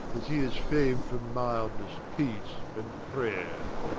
as he is fam'd for mildnesse, peace, and prayer